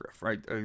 Right